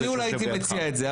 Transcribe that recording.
אז אני אולי הייתי מציע את זה.